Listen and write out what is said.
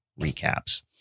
recaps